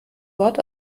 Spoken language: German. wort